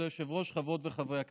כבוד היושב-ראש, חברות וחברי הכנסת,